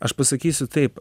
aš pasakysiu taip